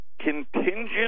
contingent